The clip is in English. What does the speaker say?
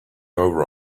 over